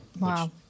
wow